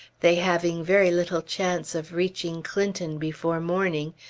they having very little chance of reaching clinton before morning,